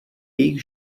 jejich